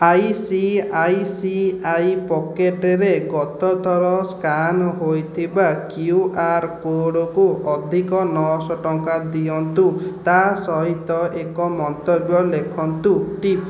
I C I C I ପକେଟ୍ରେ ଗତ ଥର ସ୍କାାନ୍ ହୋଇଥିବା କ୍ୟୁଆର୍ କୋଡ଼୍କୁ ଅଧିକ ନଅଶହ ଟଙ୍କା ଦିଅନ୍ତୁ ତାସହିତ ଏକ ମନ୍ତବ୍ୟ ଲେଖନ୍ତୁ ଟିପ୍